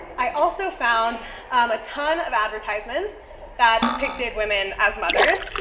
i also found a ton of advertisements that depicted women as mothers,